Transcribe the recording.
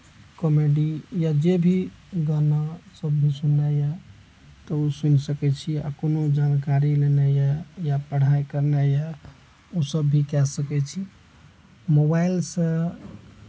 comedy या जे भी गाना सब भी सुननाइय तऽ ओ सुनि सकैत छी आ कोनो जानकारी लेनाइ यै या पढ़ाइ करनाइ यै उ सब भी कए सकै छी मोबाइलसँ